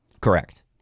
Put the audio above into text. Correct